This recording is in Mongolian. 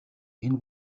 энэ